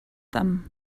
them